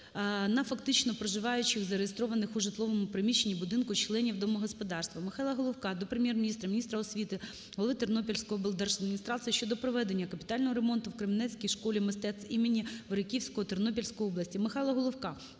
на фактично проживаючих зареєстрованих у житловому приміщенні (будинку) членів домогосподарства.